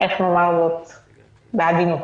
נאמר זאת בעדינות,